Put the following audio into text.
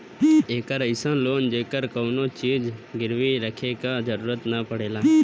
एक अइसन लोन जेकरे लिए कउनो चीज गिरवी रखे क जरुरत न पड़ला